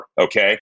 okay